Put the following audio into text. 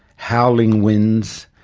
howling winds,